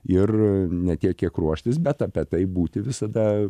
ir ne tiek kiek ruoštis bet apie tai būti visada